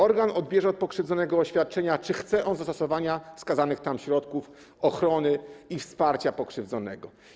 Organ odbierze od pokrzywdzonego oświadczenia, czy chce on zastosowania wskazanych tam środków ochrony i wsparcia pokrzywdzonego.